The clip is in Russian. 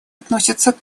относится